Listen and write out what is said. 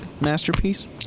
masterpiece